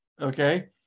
okay